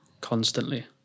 constantly